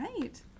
Right